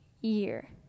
year